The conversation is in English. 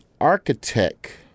architect